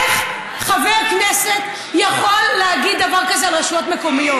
איך חבר כנסת יכול להגיד דבר כזה על רשויות מקומיות?